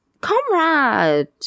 Comrade